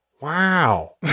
Wow